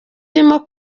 irimo